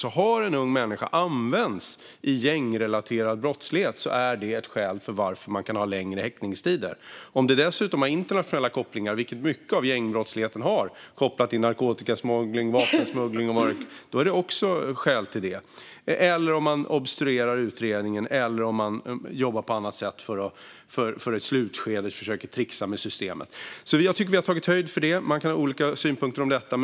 Om en ung människa har använts vid gängrelaterad brottslighet är det ett skäl till att man kan ha längre häktningstider. Om brottsligheten dessutom har internationella kopplingar, vilket mycket av gängbrottsligheten har kopplat till narkotikasmuggling, vapensmuggling och så vidare, finns det också skäl till längre häktningstider. Det kan också finnas skäl till längre häktningstider om någon obstruerar utredningen eller jobbar på annat sätt för att försöka trixa med systemet i slutskedet. Jag tycker alltså att vi har tagit höjd för detta. Man kan ha olika synpunkter på detta.